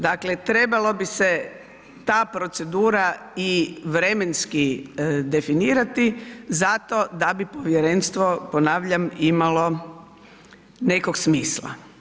Dakle trebalo bi se ta procedura i vremenski definirati zato da bi povjerenstvo ponavlja, imalo nekog smisla.